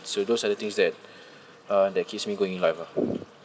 so those are the things that uh that keeps me going in life ah